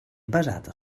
basata